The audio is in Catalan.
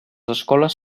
escoles